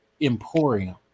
emporium